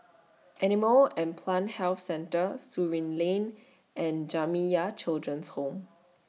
Animal and Plant Health Centre Surin Lane and Jamiyah Children's Home